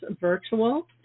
virtual